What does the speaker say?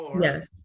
Yes